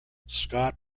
scott